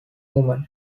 movements